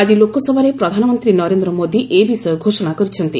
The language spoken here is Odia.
ଆଜି ଲୋକସଭାରେ ପ୍ରଧାନମନ୍ତ୍ରୀ ନରେନ୍ଦ୍ର ମୋଦି ଏ ବିଷୟ ଘୋଷଣା କରିଛନ୍ତି